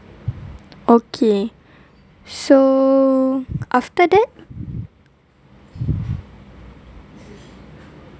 okay so after that